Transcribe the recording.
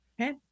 Okay